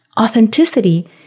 Authenticity